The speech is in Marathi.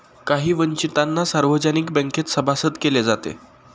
काही वंचितांना सार्वजनिक बँकेत सभासद केले जाते